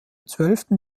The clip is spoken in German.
zwölften